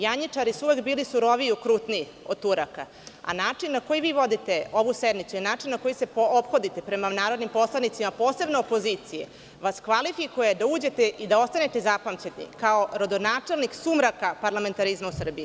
Janjičari su uvek bili suroviji i okrutniji od Turaka, a način na koji vi vodite ovu sednicu i način na koji se ophodite prema narodnim poslanicima, a posebno opozicije, vas kvalifikuje da uđete i ostanete zapamćeni kao rodonačelnik sumraka parlamentarizma u Srbiji.